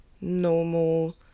normal